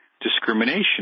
discrimination